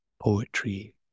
poetry